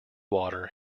water